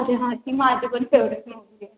अरे हा ती माझी पण फेव्हरेट मूव्ही आहे